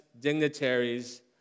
dignitaries